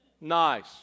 Nice